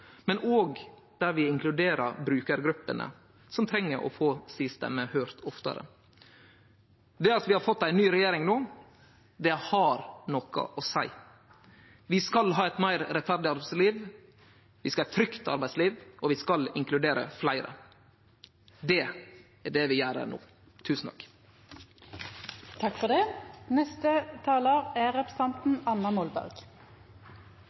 og inkluderer brukargruppene, som treng å få stemma si høyrt oftare. Det at vi no har fått ei ny regjering, har noko å seie. Vi skal ha eit meir rettferdig arbeidsliv, vi skal ha eit trygt arbeidsliv, og vi skal inkludere fleire. Det er det vi gjer no. Den norske velferdsstaten er noe et samlet politisk Norge står sammen om, men det